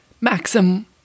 Maxim